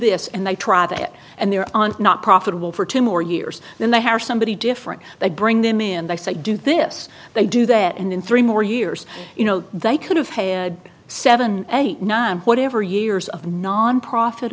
this and they try that and they're not profitable for two more years then they have somebody different they bring them in they say do this they do that and in three more years you know they could have had seven eight nine whatever years of nonprofit